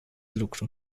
lucru